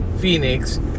Phoenix